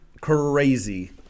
crazy